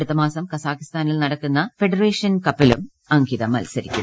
അടുത്ത മാസം കസാകിസ്ഥാനിൽ നടക്കുന്ന ഫെഡറേഷൻ കപ്പിലും അംകിത മൽസരിക്കും